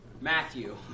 Matthew